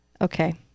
Okay